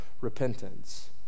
repentance